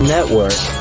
Network